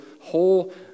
whole